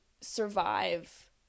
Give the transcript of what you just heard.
Survive